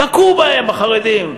תכו בהם, בחרדים.